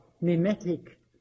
mimetic